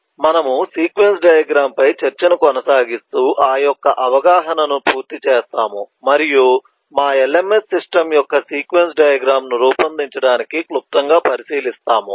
కాబట్టి మనము sequence diagram పై చర్చను కొనసాగిస్తూ ఆ యొక్క అవగాహనను పూర్తి చేస్తాము మరియు మా LMS సిస్టం యొక్క సీక్వెన్స్ డయాగ్రమ్ ను రూపొందించడానికి క్లుప్తంగా పరిశీలిస్తాము